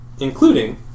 including